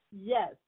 Yes